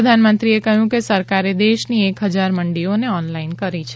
પ્રધાનમંત્રી કહ્યું કે સરકારે દેશની એક હજાર મંડીઓને ઓનલાઇન કરી છે